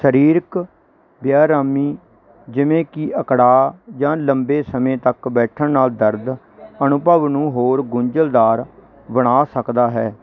ਸਰੀਰਕ ਬੇਆਰਾਮੀ ਜਿਵੇਂ ਕਿ ਅਕੜਾਅ ਜਾਂ ਲੰਬੇ ਸਮੇਂ ਤੱਕ ਬੈਠਣ ਨਾਲ ਦਰਦ ਅਨੁਭਵ ਨੂੰ ਹੋਰ ਗੁੰਝਲਦਾਰ ਬਣਾ ਸਕਦਾ ਹੈ